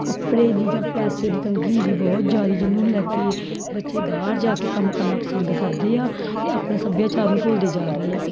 ਕੱਪੜੇ ਦੀ ਜਾਂ ਪੈਸੇ ਦੀ ਤੰਗੀ ਹੁੰਦੀ ਬਹੁਤ ਜ਼ਿਆਦਾ ਜਿਹਨੂੰ ਲੈ ਕੇ ਬੱਚੇ ਬਾਹਰ ਜਾ ਕੇ ਕੰਮ ਕਰਨਾ ਪਸੰਦ ਕਰਦੇ ਆ ਅਤੇ ਆਪਣੇ ਸੱਭਿਆਚਾਰ ਨੂੰ ਭੁੱਲਦੇ ਜਾ ਰਹੇ ਆ